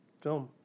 film